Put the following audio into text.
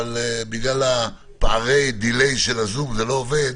אבל בגלל הפערים של הזום זה לא עבד.